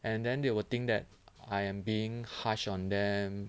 and then they will think that I am being harsh on them